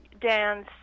dance